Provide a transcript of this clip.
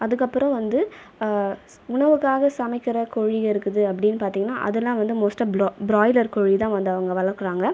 அதுக்கு அப்பறம் வந்து உணவுக்காக சமைக்கின்ற கோழிகள் இருக்குது அப்படின்னு பார்த்திங்கன்னா அது எல்லாம் வந்து மோஸ்ட்டாக பிரா பிராய்லர் கோழி தான் வந்து அவங்க வளர்க்கறாங்க